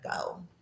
go